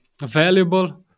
valuable